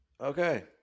Okay